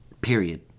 period